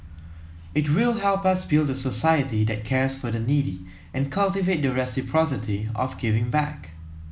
it will help us build a society that cares for the needy and cultivate the reciprocity of giving back